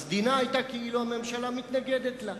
דינה היה כאילו הממשלה מתנגדת לה.